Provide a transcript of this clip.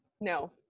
No